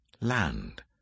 land